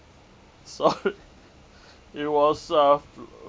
sor~ it was a